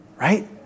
right